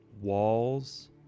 walls